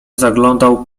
zaglądał